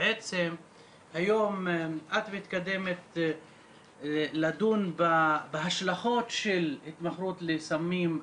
בעצם היום את מתקדמת לדון בהשלכות של התמכרות לסמים,